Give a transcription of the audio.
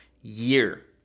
year